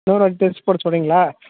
இன்னொரு வாட்டி டெஸ்ட் போட சொல்கிறீங்களா